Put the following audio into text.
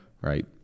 right